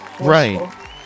Right